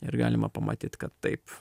ir galima pamatyt kad taip